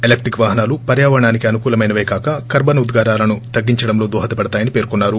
ఎలక్లిక్ వాహనాలు పర్యావరణానికి అనుకూలమైనవే కాక కర్బన ఉద్గారాలను తగ్గించడంలో దోహదపడతాయని పేర్కొన్నారు